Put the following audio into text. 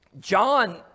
john